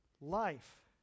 Life